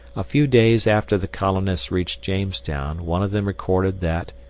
a few days after the colonists reached jamestown one of them recorded that